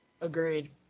Agreed